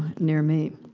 near me